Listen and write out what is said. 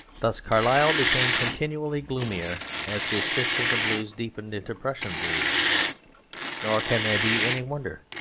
thus carlyle became continually gloomier as his fit of the blues deepened into prussian blues nor can there be any wonder.